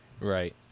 Right